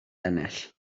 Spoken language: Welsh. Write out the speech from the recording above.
ennill